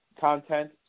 content